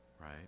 right